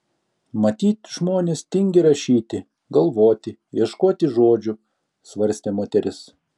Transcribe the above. matyt žmonės tingi rašyti galvoti ieškoti žodžių svarstė moteris